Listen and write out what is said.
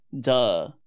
Duh